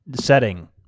setting